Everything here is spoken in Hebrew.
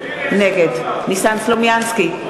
נגד ניסן סלומינסקי,